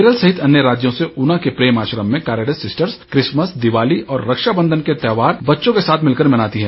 केरल सहित अन्य राज्यों से ऊना के प्रेम आश्रम में कार्यरत सिस्टर्स क्रिसमस् दीवाली और रक्षा बंधन के त्यौहार बच्चों के साथ भिलकर मनाती हैं